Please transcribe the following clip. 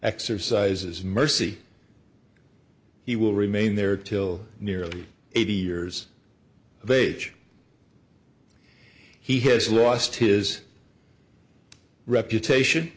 exercises mercy he will remain there till nearly eighty years of age he has lost his reputation